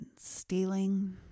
stealing